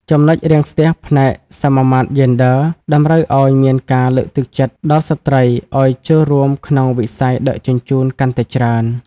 ចំណុចរាំងស្ទះផ្នែក "សមាមាត្រយេនឌ័រ" តម្រូវឱ្យមានការលើកទឹកចិត្តដល់ស្ត្រីឱ្យចូលរួមក្នុងវិស័យដឹកជញ្ជូនកាន់តែច្រើន។